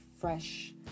fresh